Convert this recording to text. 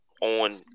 On